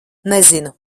nezinu